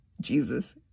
Jesus